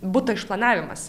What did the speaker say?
buto išplanavimas